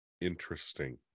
Interesting